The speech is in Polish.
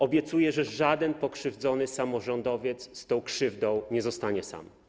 Obiecuję, że żaden pokrzywdzony samorządowiec z tą krzywdą nie zostanie sam.